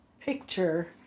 picture